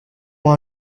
ont